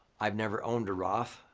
i've never owned a roth.